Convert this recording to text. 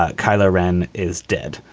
ah kylo ren is dead.